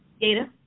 Data